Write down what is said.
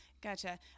Gotcha